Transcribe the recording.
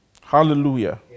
Hallelujah